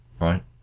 right